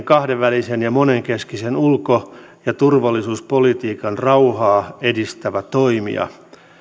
kahdenvälisen ja monenkeskisen ulko ja turvallisuuspolitiikan rauhaa edistävä toimija